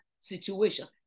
situation